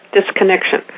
disconnection